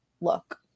look